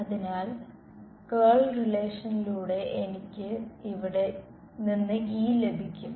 അതിനാൽ കേൾ റിലേഷനിലൂടെ എനിക്ക് ഇവിടെ നിന്ന് E ലഭിക്കും